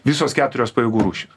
visos keturios pajėgų rūšys